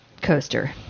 coaster